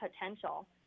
potential